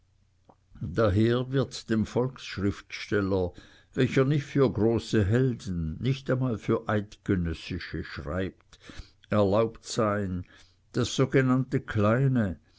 daher wird dem volksschriftsteller welcher nicht für große helden nicht einmal für eidgenössische schreibt erlaubt sein das sogenannte kleine